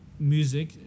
Music